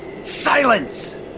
Silence